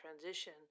transition